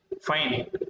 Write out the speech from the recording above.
Fine